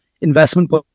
investment